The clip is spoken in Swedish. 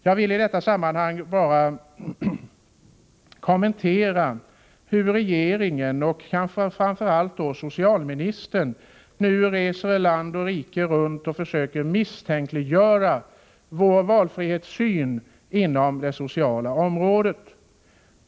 Jag vill i detta sammanhang kommentera hur regeringen, framför allt socialministern, nu reser land och rike runt och försöker misstänkliggöra vår syn på valfrihet inom det sociala området.